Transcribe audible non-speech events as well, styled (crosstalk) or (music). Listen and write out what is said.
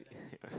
(breath)